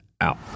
out